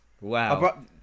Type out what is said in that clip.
Wow